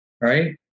right